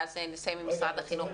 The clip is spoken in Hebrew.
ואז נסיים עם משרד החינוך.